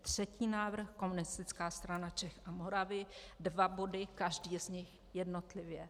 Třetí návrh, Komunistická strana Čech a Moravy, dva body, každý z nich jednotlivě.